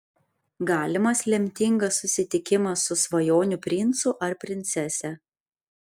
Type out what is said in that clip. galimas lemtingas susitikimas su svajonių princu ar princese